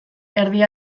erdi